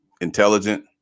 intelligent